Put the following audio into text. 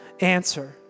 answer